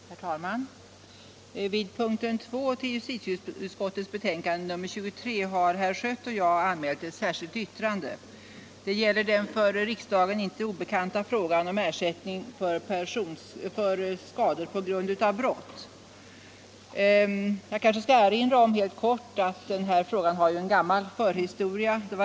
Herr talman! Vid punkten 2 i justitieutskottets betänkande nr 23 har herr Schött och jag anmält ett särskilt yttrande. Det gäller den för riksdagen inte obekanta frågan om ersättning för skador på grund av brott. Jag vill helt kort erinra om att denna fråga har en gammal förhistoria.